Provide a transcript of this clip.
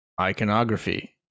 iconography